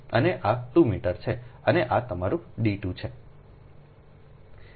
અને આ 2 મીટર છે અને આ તમારું d 2 છે